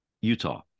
Utah